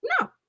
No